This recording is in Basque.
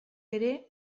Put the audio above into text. ere